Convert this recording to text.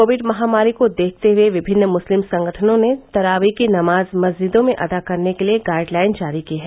Covid महामारी को देखते हुए विभिन्न मुस्लिम संगठनों ने तरावी की नमाज मस्जिदों में अदा करने के लिए गाइडलाइन जारी की है